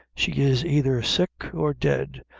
she is either sick or dead,